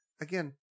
again